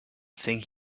think